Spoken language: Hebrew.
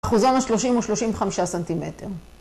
אחוזן ה-30 הוא 35 סנטימטר.